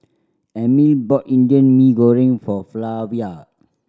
Emil bought Indian Mee Goreng for Flavia